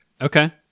Okay